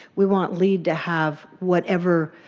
we want leads to have whatever